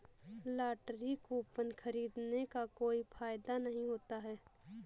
lottery coupon खरीदने का कोई फायदा नहीं होता है